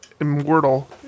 immortal